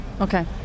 Okay